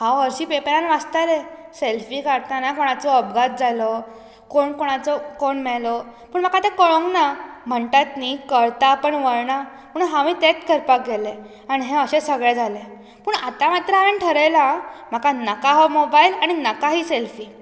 हांव हरशीं पेपरान वाचतालें सॅल्फी काडटना कोणाचो अपघात जालो कोण कोणाचो कोण मेलो पूण म्हाका तें कळूंक ना म्हणटात न्हय कळटा पूण वळना पुणून हांवें तेंच करपाक गेलें आनी हें अशें सगळें जालें पूण आतां मात्र हांवें थरयलां आं म्हाका नाका हो मोबायल आनी नाका ही सॅल्फी